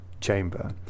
chamber